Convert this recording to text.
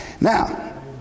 Now